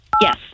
yes